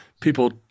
people